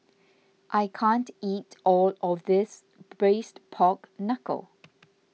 I can't eat all of this Braised Pork Knuckle